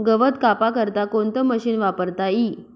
गवत कापा करता कोणतं मशीन वापरता ई?